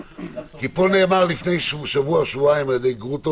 פה נאמר לפני שבוע-שבועיים על ידי גרוטו